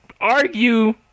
argue